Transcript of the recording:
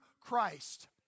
Christ